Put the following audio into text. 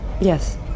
Yes